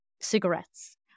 cigarettes